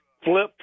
flip